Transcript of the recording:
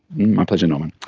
my pleasure norman.